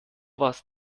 warst